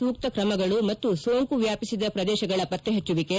ಸೂಕ್ತ ಕ್ರಮಗಳು ಮತ್ತು ಸೋಂಕು ವ್ಯಾಪಿಸಿದ ಪ್ರದೇಶಗಳ ಪತ್ತೆಹಚ್ಚುವಿಕೆ